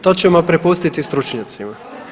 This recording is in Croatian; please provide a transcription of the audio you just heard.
To ćemo prepustiti stručnjacima.